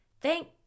Thank